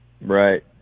Right